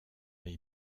les